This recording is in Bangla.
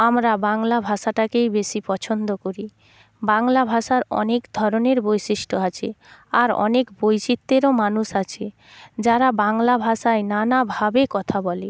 আমরা বাংলা ভাষাটাকেই বেশি পছন্দ করি বাংলা ভাষার অনেক ধরনের বৈশিষ্ট্য আছে আর অনেক বৈচিত্রেরও মানুষ আছে যারা বাংলা ভাষায় নানাভাবে কথা বলে